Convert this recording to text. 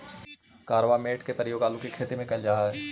carbamate के प्रयोग आलू के खेत में कैल जा हई